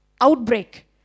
outbreak